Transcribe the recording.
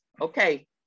okay